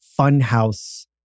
funhouse